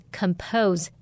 compose